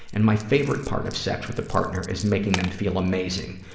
and my favorite part of sex with a partner is making them feel amazing.